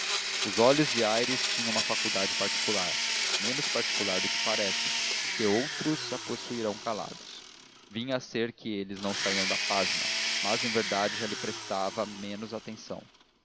os olhos de aires tinham uma faculdade particular menos particular do que parece porque outros a possuirão calados vinha a ser que eles não saíam da página mas em verdade já lhe prestava menos atenção